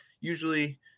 usually